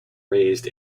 raised